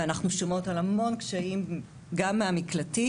ואנחנו שומעות על המון קשיים גם מהמקלטים.